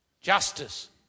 justice